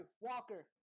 Walker